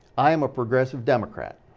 i am a progressive democrat.